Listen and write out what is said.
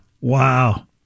Wow